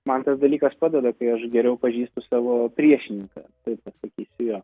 man tas dalykas padeda kai aš geriau pažįstu savo priešininką taip atsakysiu jo